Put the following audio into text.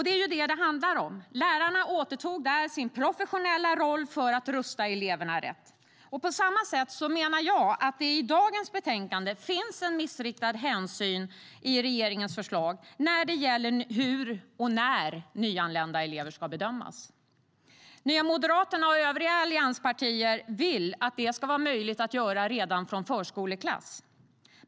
Det är detta det handlar om: Lärarna återtog där sin professionella roll för att rusta eleverna rätt. På samma sätt menar jag att det i betänkandet finns en missriktad hänsyn i regeringens förslag när det gäller hur och när nyanlända elever ska bedömas. Nya Moderaterna och övriga allianspartier vill att detta ska vara möjligt att göra redan från förskoleklass.